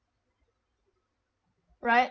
right